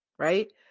right